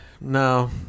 No